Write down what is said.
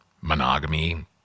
monogamy